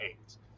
AIDS